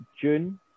June